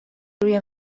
روی